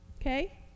Okay